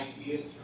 ideas